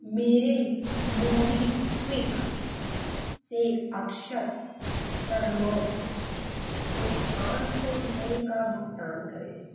मेरे मोवीक्विक से अक्षत करनोट को पाँच सौ रुपये का भुगतान करें